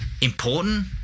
important